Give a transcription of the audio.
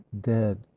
dead